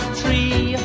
tree